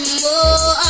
more